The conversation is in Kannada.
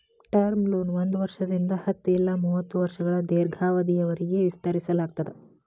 ಟರ್ಮ್ ಲೋನ ಒಂದ್ ವರ್ಷದಿಂದ ಹತ್ತ ಇಲ್ಲಾ ಮೂವತ್ತ ವರ್ಷಗಳ ದೇರ್ಘಾವಧಿಯವರಿಗಿ ವಿಸ್ತರಿಸಲಾಗ್ತದ